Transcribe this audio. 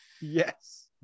yes